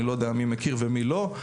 אני לא יודע מי מכיר ומי לא,